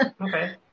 okay